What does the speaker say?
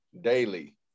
daily